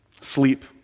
Sleep